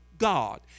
God